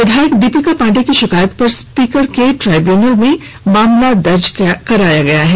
विधायक दीपिका पांडे की शिकायत पर स्पीकर के ट्रिब्यूनल में मामला दर्ज किया गया है